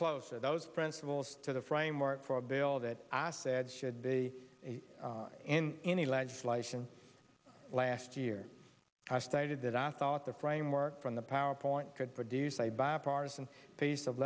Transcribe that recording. closer those principles to the framework for a bill that i asked said should be a in any legislation last year i stated that i thought the framework from the power point could produce a bipartisan piece of